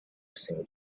seemed